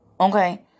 Okay